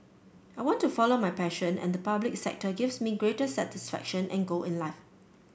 I want to follow my passion and the public sector gives me greater satisfaction and goal in life